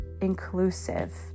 inclusive